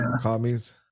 Commies